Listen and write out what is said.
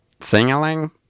singling